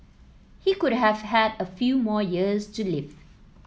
he could have had a few more years to live